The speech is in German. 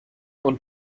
und